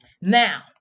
now